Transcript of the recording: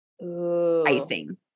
icing